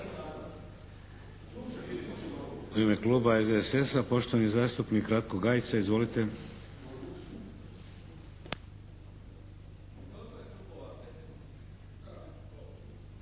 U ime kluba SDSS-a, poštovani zastupnik Ratko Gajica. Izvolite.